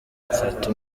mfata